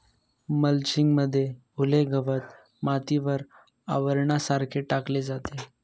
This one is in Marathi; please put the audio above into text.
मल्चिंग मध्ये ओले गवत मातीवर आवरणासारखे टाकले जाते